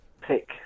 pick